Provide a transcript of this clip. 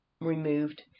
removed